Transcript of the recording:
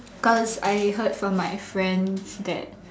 cause I heard from my friend that